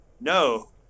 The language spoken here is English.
no